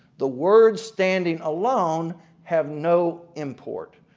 the words standing alone have no import.